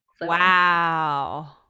wow